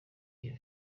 iyo